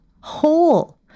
whole